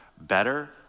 better